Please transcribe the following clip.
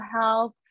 health